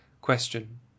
Question